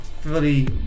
fully